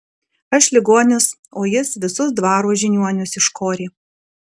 aš ligonis o jis visus dvaro žiniuonius iškorė